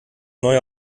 neue